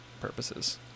purposes